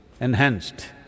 enhanced